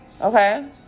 Okay